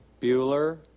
Bueller